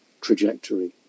trajectory